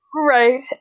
Right